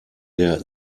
der